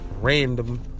random